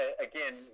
again